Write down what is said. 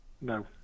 No